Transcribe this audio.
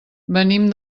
venim